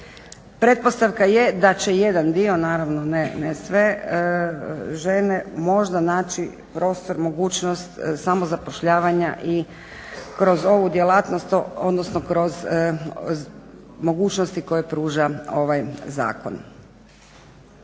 Pretpostavka je da će jedan dio naravno ne sve žene možda naći prostor, mogućnost samozapošljavanja i kroz ovu djelatnost, odnosno kroz mogućnosti koje pruža ovaj zakona.